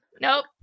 Nope